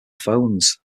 phones